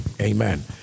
Amen